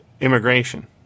immigration